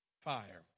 fire